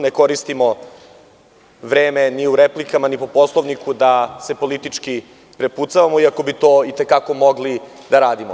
Ne koristimo vreme ni u replikama, ni po Poslovniku da se politički prepucavamo iako bi to i te kako mogli da radimo.